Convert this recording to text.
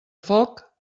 foc